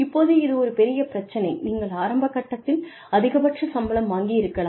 இப்போது இது ஒரு பெரிய பிரச்சினை நீங்கள் ஆரம்பக்கட்டத்தில் அதிகபட்ச சம்பளம் வாங்கி இருக்கலாம்